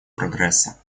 прогресса